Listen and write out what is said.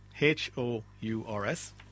H-O-U-R-S